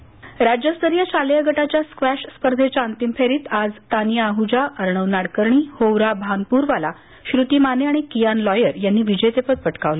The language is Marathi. जिल्हास्तरीय़ शालेय गटाच्या स्क्वॅश स्पर्धेंच्या अंतिम फेरीत आज तानिया अहुजा अर्णव नाडकर्णी होवरा भानपुरवाला श्रूती माने आणि कियान लॉयर यांनी विजेतेपद पटकावलं